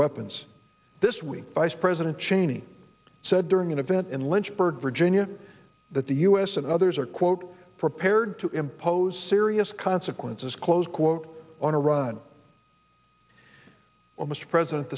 weapons this week vice president cheney said during an event in lynchburg virginia that the u s and others are quote prepared to impose serious consequences close quote on iran well mr president